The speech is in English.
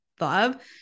love